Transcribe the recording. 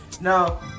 Now